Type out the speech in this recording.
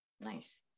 Nice